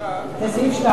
זה סעיף 2 לחוק.